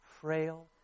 frail